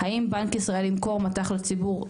האם בנק ישראל ימכור מט"ח לציבור,